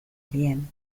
bien